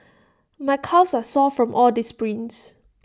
my calves are sore from all the sprints